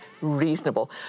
reasonable